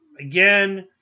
Again